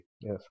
Yes